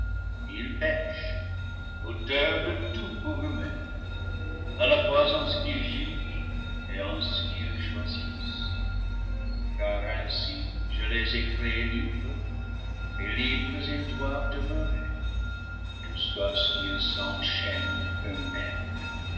ils pèchent auteurs de tout pour eux-mêmes à la fois en ce qu'ils jugent et en ce qu'ils choisissent car ainsi je les ai créées libres et libres ils doivent demeurer jusqu'à ce qu'ils s'enchaînent eux-mêmes